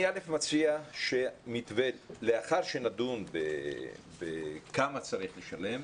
אני מציע שלאחר שנדון בכמה צריך לשלם,